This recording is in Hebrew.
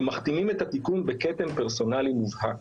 הם מכתימים את התיקון בכתם פרסונלי מובהק".